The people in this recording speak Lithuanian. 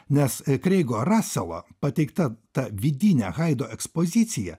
nes kreigo raselo pateikta ta vidinė haido ekspozicija